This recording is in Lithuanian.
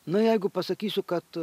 na jeigu pasakysiu kad